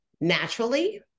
naturally